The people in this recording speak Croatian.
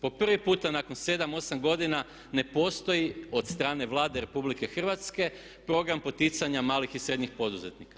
Po prvi puta nakon 7, 8 godina ne postoji od strane Vlade RH program poticanja malih i srednjih poduzetnika.